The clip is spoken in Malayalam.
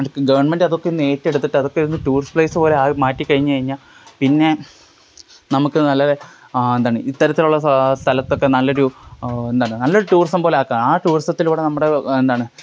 ഗവൺമെൻ്റ് അതൊക്കെ ഒന്ന് ഏറ്റെടുത്തിട്ട് അതൊക്കെ ഒന്ന് ടൂറിസ്റ്റ് പ്ലേസ് പോലെ ആയി മാറ്റിക്കഴിഞ്ഞുകഴിഞ്ഞാല് പിന്നെ നമുക്ക് നല്ല എന്താണ് ഇത്തരത്തിലുള്ള സ സ്ഥലത്തൊക്കെ നല്ലൊരു എന്താണ് നല്ലൊരു ടൂറിസം പോലെ ആക്കാന് ആ ടൂറിസത്തിലൂടെ നമ്മുടെ എന്താണ്